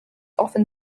often